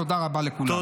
תודה רבה לכולם.